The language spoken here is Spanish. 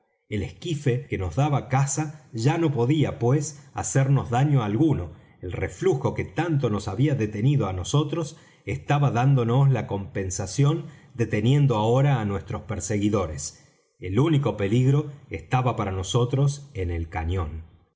el esquife que nos daba caza ya no podía pues hacernos daño alguno el reflujo que tanto nos había detenido á nosotros estaba dándonos la compensación deteniendo ahora á nuestros perseguidores el único peligro estaba para nosotros en el cañón